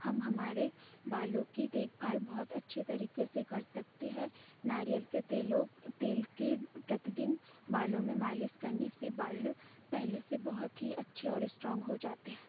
हम हमारे बालों की देखभाल बहुत अच्छे तरीके से कर सकते हैं नारियल के तेलों तेल की प्रतिदिन बालों में मालिश करने से बाल पहले से बहुत ही अच्छे और स्ट्रॉंग हो जाते हैं